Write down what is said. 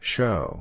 Show